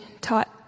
taught